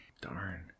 darn